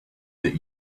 that